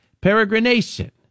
peregrination